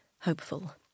hopeful